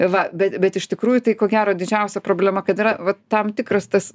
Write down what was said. va bet bet iš tikrųjų tai ko gero didžiausia problema kad yra vat tam tikras tas